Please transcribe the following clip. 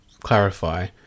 clarify